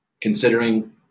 considering